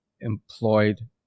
employed